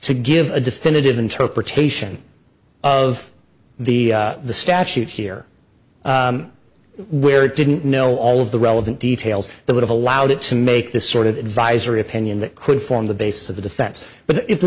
to give a definitive interpretation of the statute here where it didn't know all of the relevant details that would have allowed it to make this sort of advisory opinion that could form the basis of the defense but if the